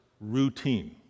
routine